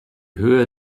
höhe